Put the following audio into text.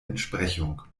entsprechung